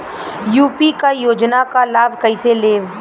UP क योजना क लाभ कइसे लेब?